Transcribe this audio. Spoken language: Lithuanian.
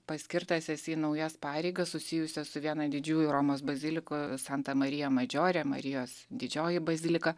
paskirtas esi į naujas pareigas susijusias su viena didžiųjų romos bazilikų santa marija madžore marijos didžioji bazilika